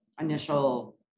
initial